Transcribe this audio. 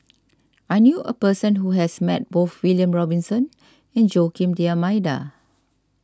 I knew a person who has met both William Robinson and Joaquim D'Almeida